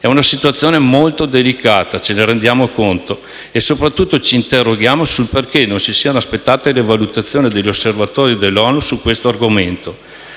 È una situazione molto delicata - ce ne rendiamo conto - e soprattutto ci interroghiamo sul perché non siano aspettate le valutazioni degli osservatori dell'ONU su questo argomento.